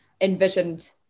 envisioned